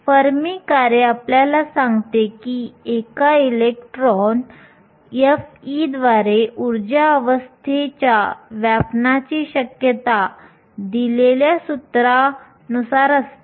Fermi कार्य आपल्याला सांगते की एका इलेक्ट्रॉन f द्वारे ऊर्जा अवस्थेच्या व्यापणाची शक्यता11expE EfkTअसते